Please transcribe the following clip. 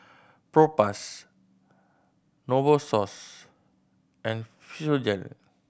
Propass Novosource and Physiogel